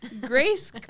grace